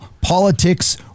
politics